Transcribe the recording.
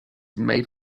made